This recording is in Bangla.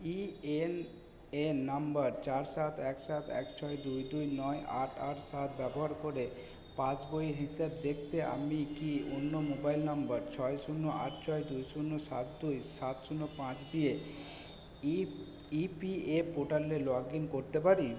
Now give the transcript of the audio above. ইএনএন নাম্বার চার সাত এক সাত এক ছয় দুই দুই নয় আট আট সাত ব্যবহার করে পাসবইয়ের হিসাব দেখতে আমি কি অন্য মোবাইল নম্বর ছয় শূন্য আট ছয় দুই শূন্য সাত দুই সাত শূন্য পাঁচ দিয়ে ইপ ইপিএফ পোর্টালে লগ ইন করতে পারি